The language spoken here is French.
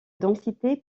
densité